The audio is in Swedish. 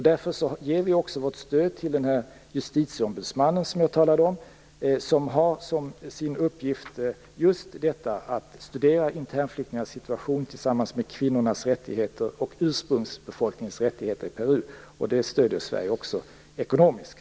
Därför ger vi också vårt stöd till den justitieombudsman som jag talade om, som har som sin uppgift just detta att studera internflyktingars situation tillsammans med kvinnornas rättigheter och ursprungsbefolkningens rättigheter i Peru. Det stöder Sverige också ekonomiskt.